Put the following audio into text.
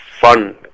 fun